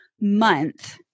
month